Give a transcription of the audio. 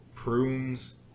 Prunes